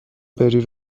بری